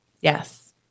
Yes